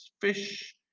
fish